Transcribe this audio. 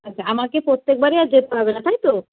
আচ্ছা আমাকে প্রত্যেকবারই আর যেতে হবে না তাই তো